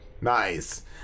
Nice